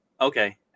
okay